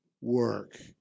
work